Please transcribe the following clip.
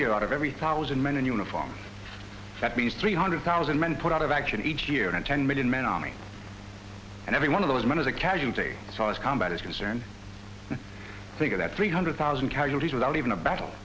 year out of every thousand men in uniform that means three hundred thousand men put out of action each year and ten million man army and every one of those men is a casualty so his combat is concerned i think that three hundred thousand casualties without even a battle